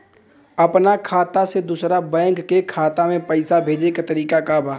अपना खाता से दूसरा बैंक के खाता में पैसा भेजे के तरीका का बा?